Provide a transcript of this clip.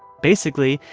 basically,